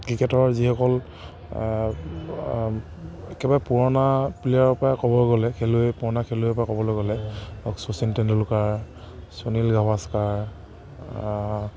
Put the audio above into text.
ক্ৰিকেটৰ যিসকল একেবাৰে পুৰণা প্লেয়াৰৰ পৰা ক'ব গ'লে খেলুৱৈ পুৰণা খেলুৱৈৰ পৰা ক'বলৈ গ'লে ধৰক শচীন তেণ্ডুলকাৰ সুনীল গাভাস্কাৰ